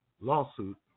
lawsuit